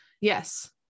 yes